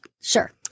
Sure